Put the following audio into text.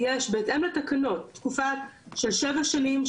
יש בהתאם לתקנות תקופה של שבע שנים,